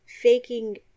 faking